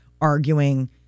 arguing